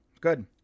good